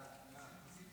ההצעה